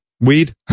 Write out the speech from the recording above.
Weed